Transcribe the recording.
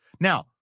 Now